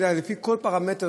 לפי כל פרמטר,